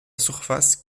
surface